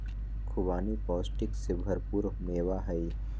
खुबानी पौष्टिक से भरपूर मेवा हई